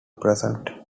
present